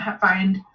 find